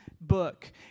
book